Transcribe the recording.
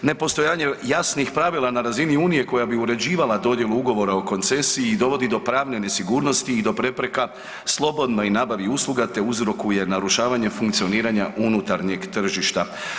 Nepostojanje jasnih pravila na razini unije koja bi uređivala dodjelu ugovora o koncesiji dovodi do pravne nesigurnosti i do prepreka slobodnoj nabavi usluga te uzrokuje narušavanje funkcioniranja unutarnjeg tržišta.